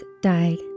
died